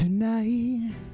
Tonight